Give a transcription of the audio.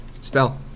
spell